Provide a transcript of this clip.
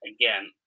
Again